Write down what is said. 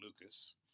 Lucas